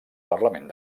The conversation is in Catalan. parlament